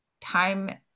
time